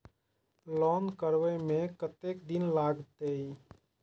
Loan करबे में कतेक दिन लागते?